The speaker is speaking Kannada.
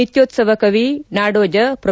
ನಿತ್ನೋತ್ತವ ಕವಿ ನಾಡೋಜ ಪ್ರೊ